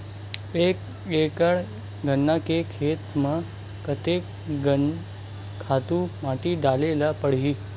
एक एकड़ गन्ना के खेती म कते कन खातु माटी डाले ल पड़ही?